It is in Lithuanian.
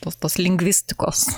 tos tos lingvistikos